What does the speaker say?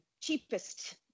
cheapest